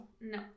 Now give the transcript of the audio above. No